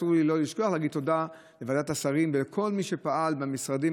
אסור לי לשכוח להגיד תודה לוועדת השרים ולכל מי שפעל במשרדים